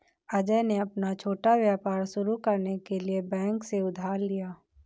अजय ने अपना छोटा व्यापार शुरू करने के लिए बैंक से उधार लिया